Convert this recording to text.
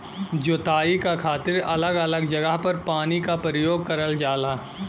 जोताई क खातिर अलग अलग जगह पर पानी क परयोग करल जाला